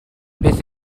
beth